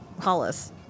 Hollis